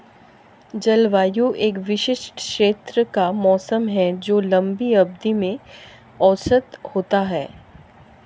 जलवायु एक विशिष्ट क्षेत्र का मौसम है जो लंबी अवधि में औसत होता है